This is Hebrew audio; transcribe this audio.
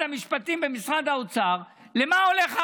ממשרד המשפטים וממשרד האוצר למה הולכים